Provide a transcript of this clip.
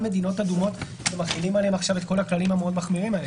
מדינות אדומות שמכלילים עליהן עכשיו את כל הכללים המחמירים האלה.